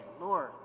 Lord